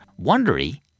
Wondery